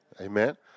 Amen